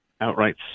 outright